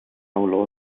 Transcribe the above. olor